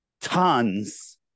tons